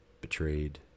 betrayed